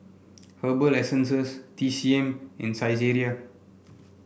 Herbal Essences T C M and Saizeriya